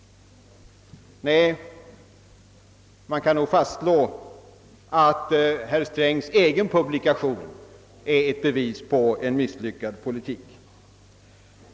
Vi kan alltså fastslå att herr Strängs egen publikation är ett bevis på att politiken misslyckats.